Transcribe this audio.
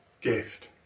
gift